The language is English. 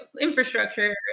infrastructure